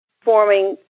forming